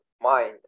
mind